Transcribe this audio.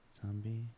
Zombie